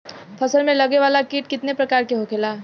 फसल में लगे वाला कीट कितने प्रकार के होखेला?